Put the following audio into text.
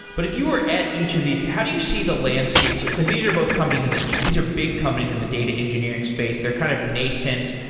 but if you are at each of these, how do you see the landscape? because these are both companies in the these are big companies in the data engineering space. they're kind of nascent.